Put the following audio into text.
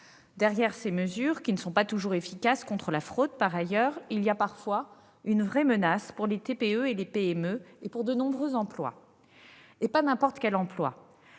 derrière ces mesures qui ne sont pas toujours efficaces contre la fraude. Par ailleurs, il y a parfois une vraie menace pour les TPE et les PME, et pour de nombreux emplois. Il ne s'agit pas de n'importe quels emplois